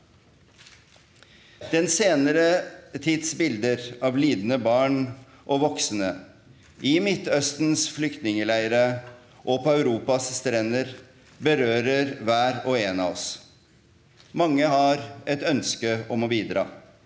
Den senere tids bilder av lidende barn og voksne, i Midtøstens flyktningleirer og på Europas strender, berører hver og en av oss. Mange har et ønske om å bidra.